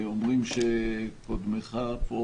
אומרים שקודמך פה